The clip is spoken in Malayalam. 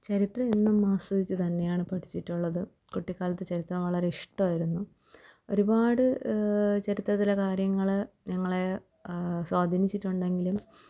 ചരിത്രം എന്നും ആസ്വദിച്ച് തന്നെയാണ് പഠിച്ചിട്ടുള്ളത് കുട്ടിക്കാലത്ത് ചരിത്രം വളരെ ഇഷ്ടമായിരുന്നു ഒരുപാട് ചരിത്രത്തിലെ കാര്യങ്ങൾ ഞങ്ങളെ സ്വാധീനിച്ചിട്ടുണ്ടെങ്കിലും